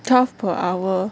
twelve per hour